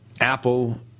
Apple